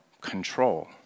control